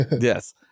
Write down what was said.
Yes